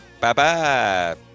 Bye-bye